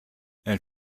elle